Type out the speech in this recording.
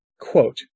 Quote